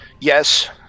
Yes